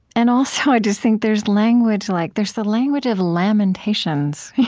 and also, i just think there's language like there's the language of lamentations,